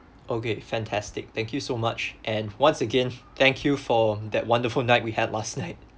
okay fantastic thank you so much and once again thank you for that wonderful night we had last night